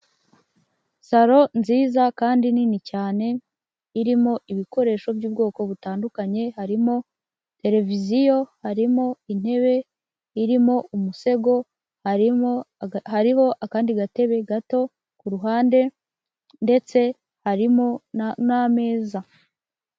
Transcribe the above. Salo nziza kandi nini cyane, irimo ibikoresho by'ubwoko butandukanye, harimo televiziyo, harimo intebe irimo umusego, harimo kandi gatebe gato ku ruhande, ndetse harimo n'ameza.